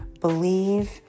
believe